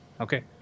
Okay